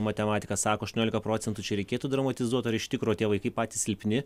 matematika sako aštuonolika procentų čia reikėtų dramatizuot ar iš tikro tie vaikai patys silpni